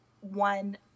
one